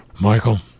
Michael